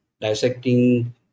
dissecting